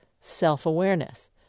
self-awareness